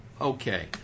Okay